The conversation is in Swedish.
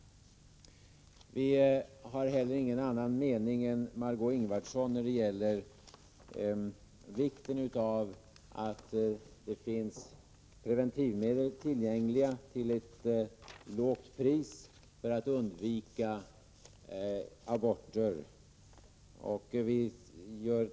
Vi har heller ingen annan mening än Margö Ingvardsson när det gäller vikten av att preventivmedel finns tillgängliga till låga priser för att undvika aborter.